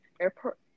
airport